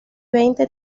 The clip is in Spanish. veinte